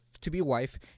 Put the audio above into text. to-be-wife